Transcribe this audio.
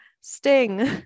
Sting